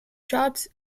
shops